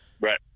Right